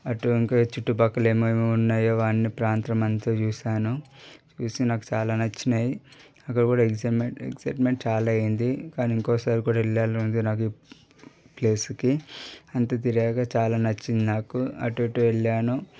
అటు ఇంకా చుట్టుపక్కల ఏమేం ఉన్నాయో అవన్నీ ప్రాంతమంతా చూశాను చూసి నాకు చాలా నచ్చినాయి అక్కడ కూడా ఎక్సమె ఎక్సైట్మెంట్ చాలా అయ్యింది కాని ఇంకోసారి కూడా వెళ్ళాలని ఉంది నాకు ఈ ప్లేస్కి అంత తిరిగాక చాలా నచ్చింది నాకు అటు ఇటు వెళ్ళాను